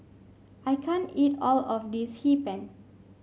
I can't eat all of this Hee Pan